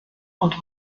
und